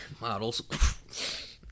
Models